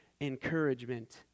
encouragement